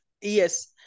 Yes